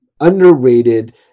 underrated